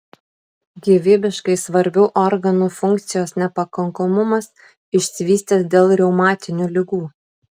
gyvybiškai svarbių organų funkcijos nepakankamumas išsivystęs dėl reumatinių ligų